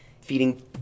feeding